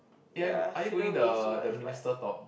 ya are you are you going the the minister talk